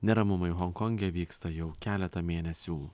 neramumai honkonge vyksta jau keletą mėnesių